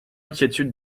inquiétude